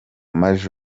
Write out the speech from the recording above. maj